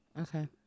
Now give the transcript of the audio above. okay